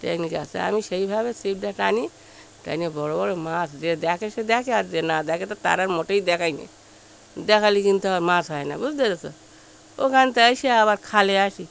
technique আছে আমি সেই ভাবে ছিপটা টানি টেনে বড় বড় মাছ যে দেখে সে দেখে আর যে না দেখে তো তারে আর মোটেই দেখাই না দেখালে কিন্তু আর মাছ হয় না বুঝতে পেরেছ ওখান থেকে এসে আবার খালে আসি